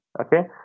Okay